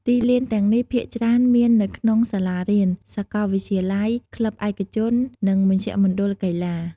ទីលានទាំងនេះភាគច្រើនមាននៅក្នុងសាលារៀន សាកលវិទ្យាល័យ ក្លឹបឯកជន និងមជ្ឈមណ្ឌលកីឡា។